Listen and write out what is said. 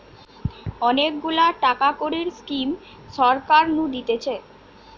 অনেক গুলা টাকা কড়ির স্কিম সরকার নু দিতেছে